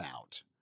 out